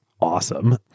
awesome